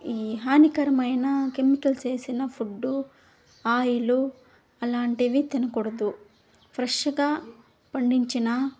ఈ హానికరమైన కెమికల్స్ వేసిన ఫుడ్డూ ఆయిలు అలాంటివి తినకూడదు ఫ్రెష్గా పండించిన